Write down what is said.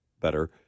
better